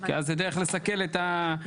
כי אז זו דרך לסכל את התוכנית.